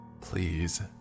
Please